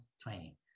training